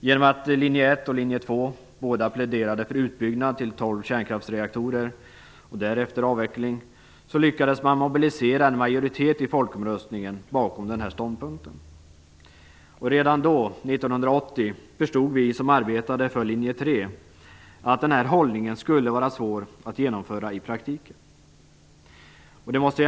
Genom att Linje 1 och Linje 2 båda pläderade för en utbyggnad till tolv kärnkraftsreaktorer och därefter avveckling lyckades man vid folkomröstningen mobilisera en majoritet bakom den ståndpunkten. Redan då, 1980, förstod vi som arbetade för Linje 3 att den hållningen skulle vara svår att omsätta i praktiken.